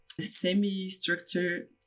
semi-structured